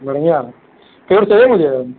बढ़िया प्योर चाहिए मुझे